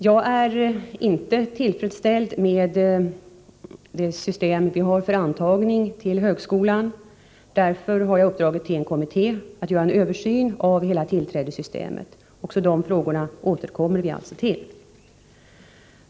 Jag ärinte tillfredsställd med det system vi har för antagning till högskolan. Därför har jag uppdragit åt en kommitté att göra en översyn av hela tillträdessystemet. Också de frågorna återkommer vi alltså till.